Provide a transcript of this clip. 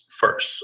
first